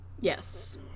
Yes